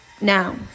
now